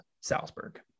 Salzburg